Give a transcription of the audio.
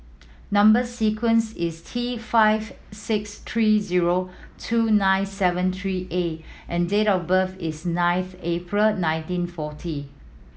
number sequence is T five six three zero two nine seven three A and date of birth is ninth April nineteen forty